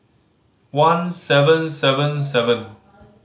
one seven seven seven